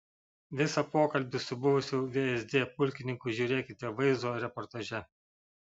visą pokalbį su buvusiu vsd pulkininku žiūrėkite vaizdo reportaže